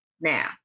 Now